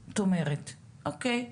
בסדר.